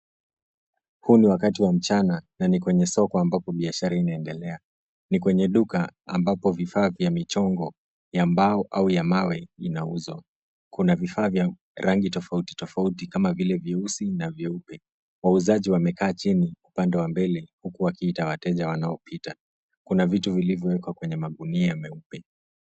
Huu ni wakati wa mchana na ni kwenye soko ambapo biashara inaendelea. Ni kwenye duka ambapo vifaa vya michongo ya mbao au ya mawe inauzwa. Kuna vifaa vya rangi tofauti tofauti kama vile vyeusi na vyeupe. Wauzaji wamekaa chini upande wa mbele huku wakiita wateja wanaopita. Kuna vitu vilivyowekwa kwenye magunia meupe.